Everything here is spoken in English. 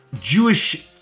Jewish